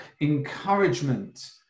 encouragement